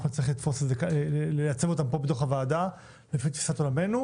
נצטרך פה לייצב אותן פה בוועדה לפי תפיסת עולמנו,